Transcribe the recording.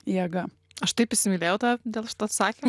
jėga aš taip įsimylėjau tave dėl šito atsakymo